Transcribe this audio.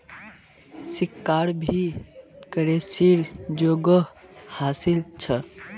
सिक्काक भी करेंसीर जोगोह हासिल छ